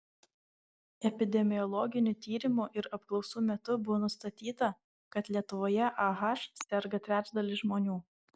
epidemiologinių tyrimų ir apklausų metu buvo nustatyta kad lietuvoje ah serga trečdalis žmonių